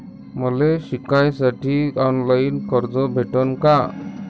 मले शिकासाठी ऑफलाईन कर्ज भेटन का?